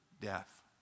death